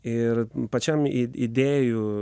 ir pačiam i idėjų